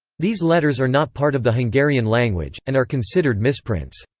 these letters are not part of the hungarian language, and are considered misprints.